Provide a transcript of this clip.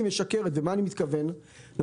אני רק אגיד לגבי